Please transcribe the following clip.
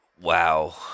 wow